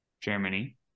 germany